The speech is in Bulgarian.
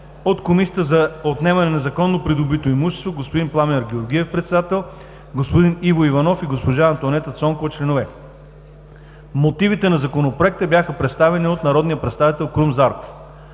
от Комисията за отнемане на незаконно придобито имущество: господин Пламен Георгиев – председател, господин Иво Иванов и госпожа Антоанета Цонкова – членове. Мотивите на Законопроекта бяха представени от народния представител Крум Зарков.